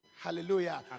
hallelujah